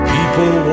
People